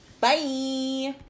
Bye